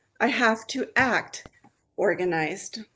i have to act organized.